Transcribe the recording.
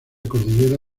cordillera